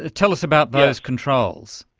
ah tell us about those controls.